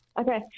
Okay